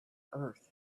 earth